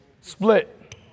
Split